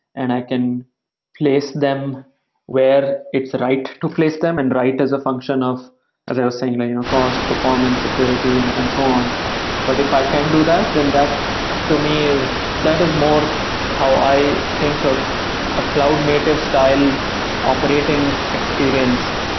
and i can place them where it's right to place them and write as a function of as i was saying, your cost, performance, security and and so on but if i can do that, then that to me is that is more how i think of a cloud native style operating experience,